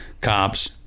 cops